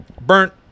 burnt